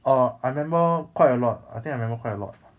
err I remember quite a lot I think I remember quite a lot